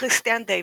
כריסטיאן דיוויס,